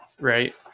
right